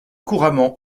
couramment